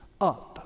up